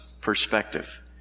perspective